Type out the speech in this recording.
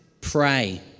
Pray